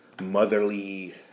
motherly